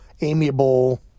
amiable